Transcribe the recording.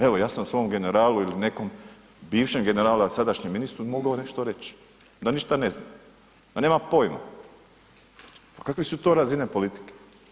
Evo, ja sam svom generalu ili nekom bivšem generalu, a sadašnjem ministru mogao nešto reć, da ništa ne zna, da nema pojma, pa kakve su to razine politike?